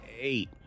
eight